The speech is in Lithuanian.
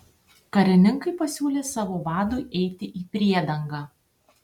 karininkai pasiūlė savo vadui eiti į priedangą